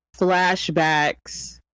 flashbacks